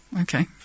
Okay